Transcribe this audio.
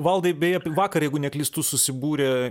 valdai beje vakar jeigu neklystu susibūrė